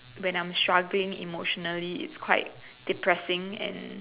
when I'm struggling emotionally it's quite depressing and